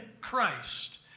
Christ